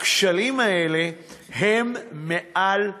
הכשלים האלה הם מעל עשור.